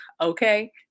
Okay